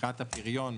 מבחינת הפריון,